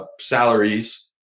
salaries